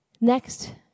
Next